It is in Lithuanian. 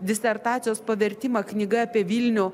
disertacijos pavertimą knyga apie vilnių